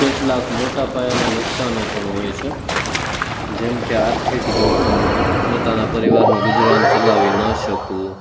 કેટલાક મોટા પાયાના નુકસાનો પણ હોય છે જેમકે આર્થિક જોખમ પોતાના પરિવારનો ગુજરાન ચલાવીને ન શકવું